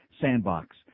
sandbox